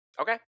Okay